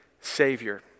savior